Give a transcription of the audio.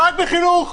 רק בחינוך.